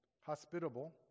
hospitable